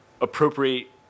appropriate